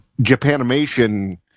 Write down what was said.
Japanimation